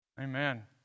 Amen